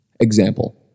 Example